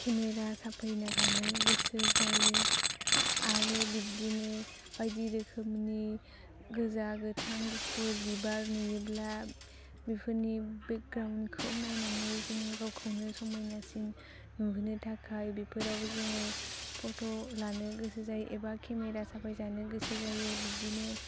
camera साफायनो मानो गोसो जायो आरो बिदिनो बायदि रोखोमनि गोजा गोथां गुफुर बिबार नुयोब्ला बेफोरनि बेगग्राउनखौ नायनानै जों गावखौनो समायनासिन नुहोनो थाखाय बेफोरावबो जोङो फट' लानो गोसो जायो एबा केमेरा साफायजानो गोसो जायो बिब्दिनो